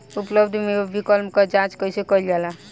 उपलब्ध बीमा विकल्प क जांच कैसे कइल जाला?